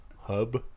hub